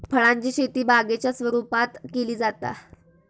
फळांची शेती बागेच्या स्वरुपात केली जाता